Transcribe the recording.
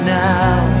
now